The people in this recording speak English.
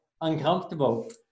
uncomfortable